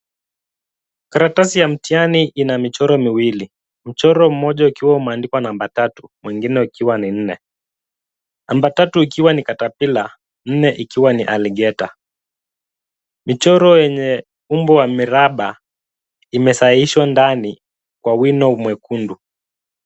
Karatasi ya mtihani ina michoro miwili. Mchoro moja ukiwa umeandikwa number tatu, mwingine ukiwa ni nne. Number tatu ikiwa ni caterpillar nne ikiwa ni alligator .Michoro yenye umbo wa miraba, imesahishwa ndani kwa wino mwekundu.